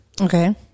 Okay